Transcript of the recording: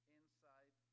inside